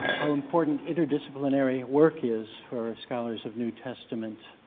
how important interdisciplinary work is for scholars of new testament,